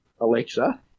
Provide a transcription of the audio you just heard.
Alexa